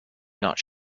not